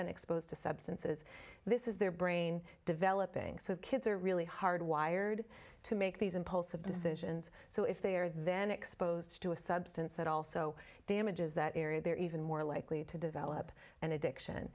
been exposed to substances this is their brain developing so kids are really hard wired to make these impulsive decisions so if they are then exposed to a substance that also damages that area they're even more likely to develop an addiction